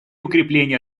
укрепления